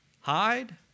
Hide